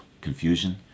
confusion